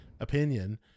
opinion